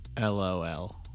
LOL